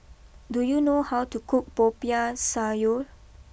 do you know how to cook Popiah Sayur